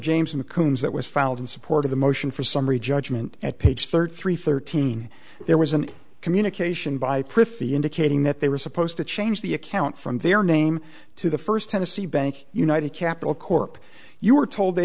james in the coons that was filed in support of the motion for summary judgment at page thirty three thirteen there was an communication by prithee indicating that they were supposed to change the account from their name to the first tennessee bank united capital corp you were told they